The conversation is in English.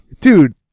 Dude